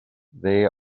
they